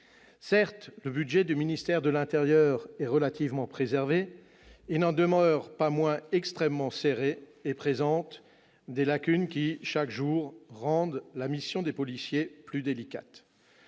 Certes, le budget du ministère de l'intérieur est relativement préservé. Il n'en demeure pas moins extrêmement serré et présente des lacunes qui, chaque jour, rendent la mission des policiers plus délicate.